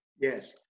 yes